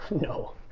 No